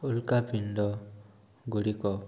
ଉଲ୍କା ପିଣ୍ଡ ଗୁଡ଼ିକ